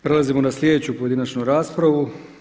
Prelazimo na sljedeću pojedinačnu raspravu.